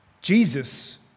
Jesus